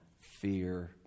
fear